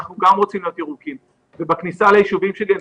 אנחנו גם רוצים להיות ירוקים ובכניסה ליישובים שלי אני